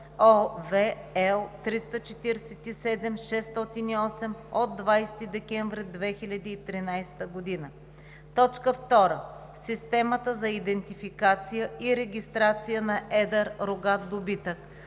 L 347/608 от 20 декември 2013 г.); 2. системата за идентификация и регистрация на едър рогат добитък,